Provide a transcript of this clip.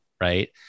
right